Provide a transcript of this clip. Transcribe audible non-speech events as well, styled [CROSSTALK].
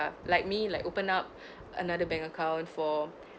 like me like open up [BREATH] another bank account for